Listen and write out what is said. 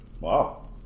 wow